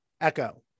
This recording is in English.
Echo